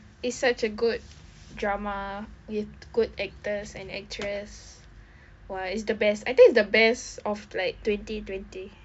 it's such a good drama with good actors and actress why is the best I think it's the best of like twenty twenty